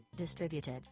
distributed